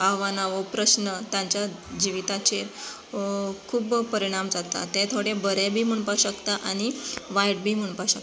आव्हाना वो प्रस्न तांच्या जिवीताचेर खूब परिणाम जाता तें थोडें बरें बी म्हणपाक शकता आनी वायट बी म्हणपाक शकता